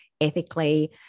ethically